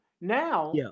Now